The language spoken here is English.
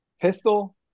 pistol